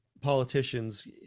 politicians